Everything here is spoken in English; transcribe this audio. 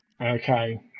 Okay